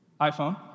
iPhone